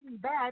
bad